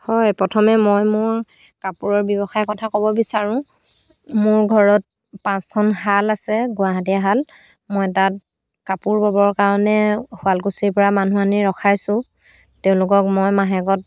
হয় প্ৰথমে মই মোৰ কাপোৰৰ ব্যৱসায় কথা ক'ব বিচাৰোঁ মোৰ ঘৰত পাঁচখন শাল আছে গুৱাহাটীয়া শাল মই তাত কাপোৰ ববৰ কাৰণে শুৱালকুছিৰ পৰা মানুহ আনি ৰখাইছোঁ তেওঁলোকক মই মাহেকত